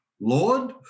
Lord